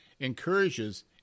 encourages